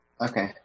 Okay